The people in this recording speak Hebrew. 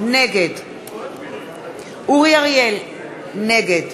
נגד אורי אריאל, נגד